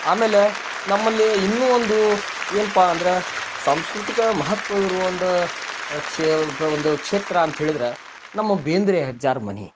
ಆಮೇಲೆ ನಮ್ಮಲ್ಲಿ ಇನ್ನೂ ಒಂದು ಏನ್ಪಾ ಅಂದ್ರೆ ಸಾಂಸ್ಕೃತಿಕ ಮಹತ್ವವಿರುವ ಒಂದು ಕ್ಷೇ ಒಂದು ಕ್ಷೇತ್ರ ಅಂತ್ಹೇಳಿದ್ರೆ ನಮ್ಮ ಬೇಂದ್ರೆ ಅಜ್ಜಾರ ಮನೆ